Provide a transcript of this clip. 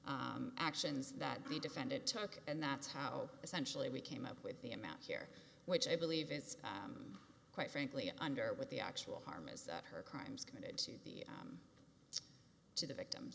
actions that the defendant talk and that's how essentially we came up with the amount here which i believe it's quite frankly under with the actual harm is that her crimes committed to the to the victims